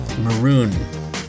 maroon